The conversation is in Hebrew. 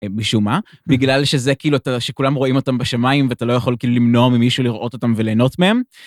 משום מה, בגלל שזה כאילו אתה יודע שכולם רואים אותם בשמיים ואתה לא יכול כאילו למנוע ממישהו לראות אותם וליהנות מהם.